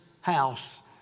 house